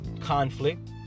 conflict